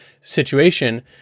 situation